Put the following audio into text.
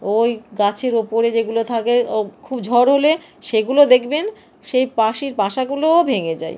ওই গাছের ওপরে যেগুলো থাকে ও খুব ঝড় হলে সেগুলো দেখবেন সেই পাখির বাসাগুলোও ভেঙে যায়